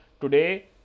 today